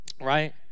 right